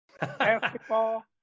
basketball